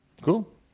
Cool